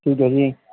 ਠੀਕ ਹੈ ਜੀ